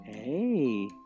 hey